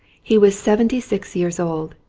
he was seventy-six years old.